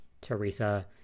Teresa